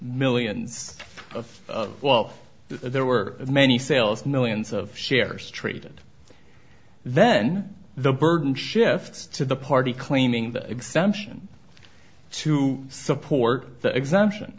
millions of wealth there were many sales millions of shares traded then the burden shifts to the party claiming the exemption to support the exemption